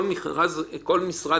המידע